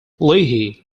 leahy